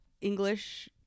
english